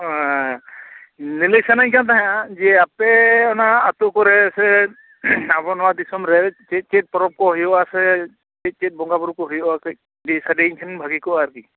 ᱞᱟᱹᱞᱟᱹᱭ ᱥᱟᱱᱟᱧ ᱠᱟᱱ ᱛᱟᱦᱮᱸᱫᱼᱟ ᱡᱮ ᱟᱯᱮ ᱚᱱᱟ ᱟᱹᱛᱩ ᱠᱚᱨᱮ ᱥᱮ ᱟᱵᱚ ᱱᱚᱣᱟ ᱫᱤᱥᱚᱢ ᱨᱮ ᱪᱮᱫ ᱪᱮᱫ ᱯᱚᱨᱚᱵᱽ ᱠᱚ ᱦᱩᱭᱩᱜᱼᱟ ᱥᱮ ᱪᱮᱫ ᱪᱮᱫ ᱵᱚᱸᱜᱟ ᱵᱩᱨᱩ ᱠᱚ ᱦᱩᱭᱩᱜᱼᱟ ᱠᱟᱹᱡ ᱞᱟᱹᱭ ᱥᱟᱰᱮᱭᱟᱹᱧ ᱠᱷᱟᱱ ᱵᱷᱟᱹᱜᱤ ᱠᱚᱜᱼᱟ ᱟᱨᱠᱤ